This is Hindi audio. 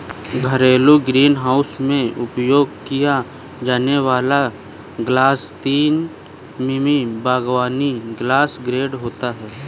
घरेलू ग्रीनहाउस में उपयोग किया जाने वाला ग्लास तीन मिमी बागवानी ग्लास ग्रेड होता है